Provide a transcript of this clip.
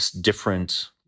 different